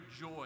joy